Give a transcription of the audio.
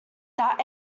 that